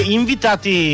invitati